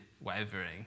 wavering